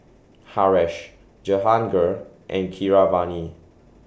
Haresh Jehangirr and Keeravani